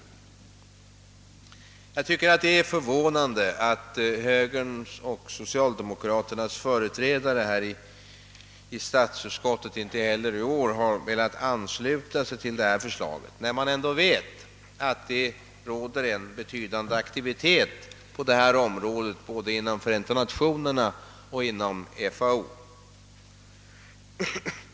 Jag tycker att det är förvånande att högerns och socialdemokraternas företrädare i statsutskottet inte heller i år velat ansluta sig till detta förslag, när man ändå vet, att det råder beydande aktivitet på detta område både i FN och inom FAO.